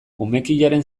umekiaren